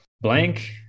Blank